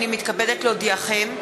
הנני מתכבדת להודיעכם,